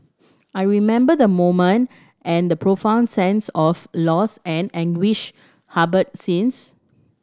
I remember the moment and the profound sense of loss and anguish harboured since